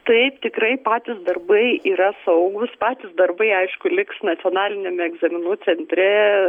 taip tikrai patys darbai yra saugus patys darbai aišku liks nacionaliniame egzaminų centre